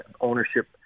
ownership